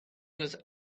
was